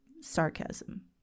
Sarcasm